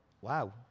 wow